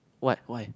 what why